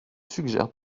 suggère